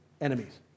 enemies